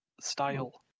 style